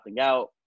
out